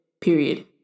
Period